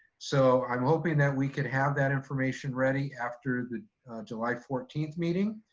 so i'm hoping that we could have that information ready after the july fourteenth meeting,